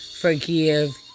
forgive